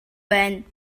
байна